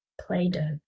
Play-Doh